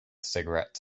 cigarette